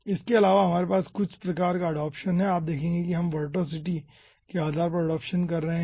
इसके अलावा हमारे पास कुछ प्रकार का एडाप्शन हैं आप देखें कि हम वोर्टिसिटी के आधार पर एडाप्शन कर रहे हैं